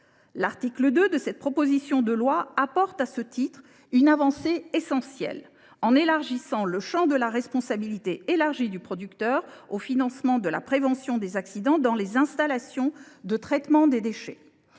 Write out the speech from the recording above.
L’article 2 de la proposition de loi apporte, à ce titre, une avancée essentielle en élargissant le champ de la responsabilité élargie du producteur au financement de la prévention des accidents dans les installations de traitement des déchets.